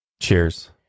Cheers